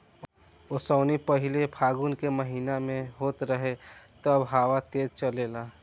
ओसौनी पहिले फागुन के महीना में होत रहे तब हवा तेज़ चलेला